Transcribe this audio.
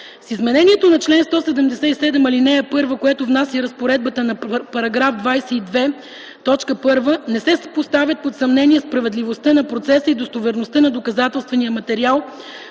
С изменението на чл. 177, ал. 1, което внася разпоредбата на § 22, т. 1, не се поставят под съмнение справедливостта на процеса и достоверността на доказателствения материал,